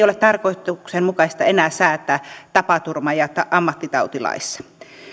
ole tarkoituksenmukaista enää säätää tapaturma ja ammattitautilaissa